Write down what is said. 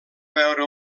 veure